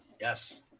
Yes